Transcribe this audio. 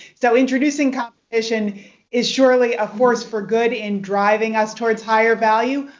so introducing competition is surely a force for good in driving us towards higher value.